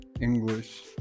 English